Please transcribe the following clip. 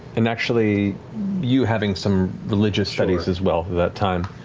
and actually you having some religious studies as well for that time.